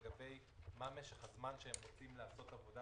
לגבי משך הזמן שהם רוצים לעשות עבודה